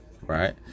right